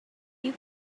you